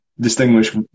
distinguish